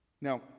Now